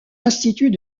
instituts